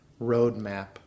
Roadmap